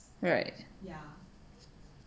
right